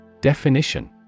Definition